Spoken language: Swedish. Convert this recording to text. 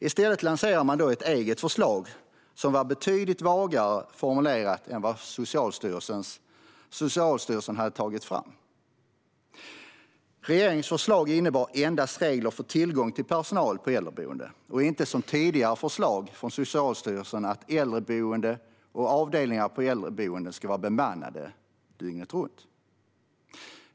I stället lanserade man ett eget förslag som var betydligt vagare formulerat än Socialstyrelsens. Regeringens förslag innebar endast regler för tillgång till personal på äldreboenden och inte som i det tidigare förslaget från Socialstyrelsen att äldreboenden och avdelningar på äldreboenden skulle vara bemannade dygnet runt.